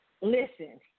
listen